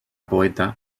poeta